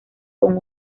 con